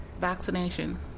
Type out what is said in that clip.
vaccination